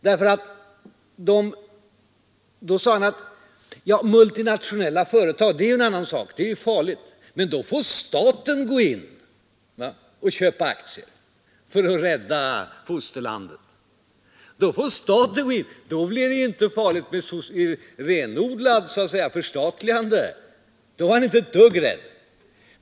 Då sade han att med multinationella företag är det en helt annan sak, det är farligt, men då får staten gå in och köpa aktier för att rädda fosterlandet. Då var det inte farligt med renodlat förstatligande, då var herr Antonsson inte ett dugg rädd.